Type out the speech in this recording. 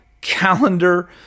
calendar